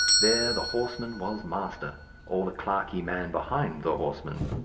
there the horseman was master or the clerkly man behind the horseman.